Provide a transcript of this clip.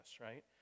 right